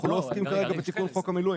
אנחנו לא עוסקים כאן בתיקון חוק המילואים.